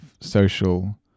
social